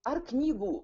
ar knygų